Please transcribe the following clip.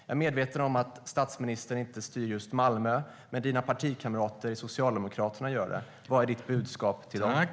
Jag är medveten om att statsministern inte styr just i Malmö, men dina partikamrater i Socialdemokraterna gör det. Vad är ditt budskap till dem?